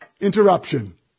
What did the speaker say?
interruption